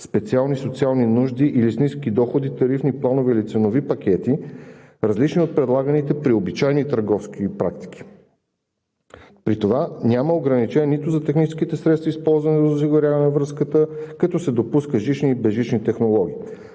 специални социални нужди или с ниски доходи тарифни планове или ценови пакети, различни от предлаганите при обичайни търговски практики, при това няма ограничение за техническите средства, използвани за осигуряване на връзката, като се допускат жични и безжични технологии.